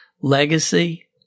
legacy